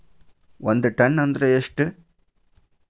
ಒಂದ್ ಟನ್ ಅಂದ್ರ ಎಷ್ಟ?